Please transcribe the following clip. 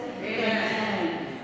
Amen